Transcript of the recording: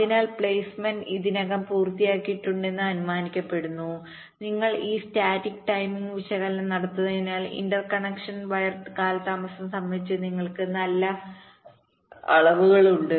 അതിനാൽ പ്ലെയ്സ്മെന്റ് ഇതിനകം പൂർത്തിയായിട്ടുണ്ടെന്ന് അനുമാനിക്കപ്പെടുന്നു നിങ്ങൾ ഈ സ്റ്റാറ്റിക് ടൈമിംഗ് വിശകലനം നടത്തുന്നതിനാൽ ഇന്റർകണക്ഷൻ വയർ കാലതാമസം സംബന്ധിച്ച് നിങ്ങൾക്ക് വളരെ നല്ല അളവുകളുണ്ട്